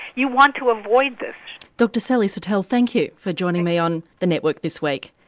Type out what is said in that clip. you want to avoid this'. dr sally satel thank you for joining me on the network this week.